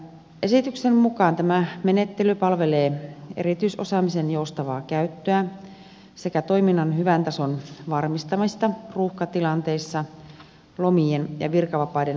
esityksen mukaan tämä menettely palvelee erityisosaamisen joustavaa käyttöä sekä toiminnan hyvän tason varmistamista ruuhkatilanteissa lomien ja virkavapaiden aikana